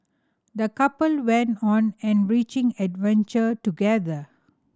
the couple went on enriching adventure together